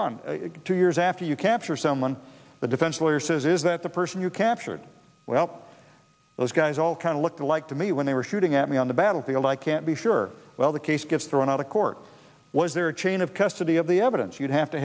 on to years after you capture someone the defense lawyer says is that the person you captured well those guys all kind of looked alike to me when they were shooting at me on the battlefield i can't be sure well the case gets thrown out of court was there a chain of custody of the evidence you'd have to